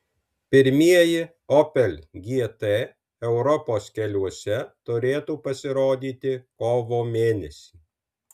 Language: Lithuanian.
pirmieji opel gt europos keliuose turėtų pasirodyti kovo mėnesį